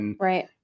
Right